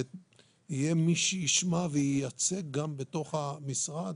ויהיה מי שישמע וייצג גם בתוך המשרד